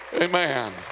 Amen